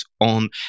on